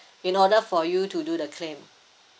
in order for you to do the claim